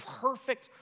perfect